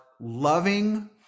loving